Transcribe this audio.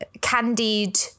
candied